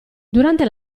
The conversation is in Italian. durante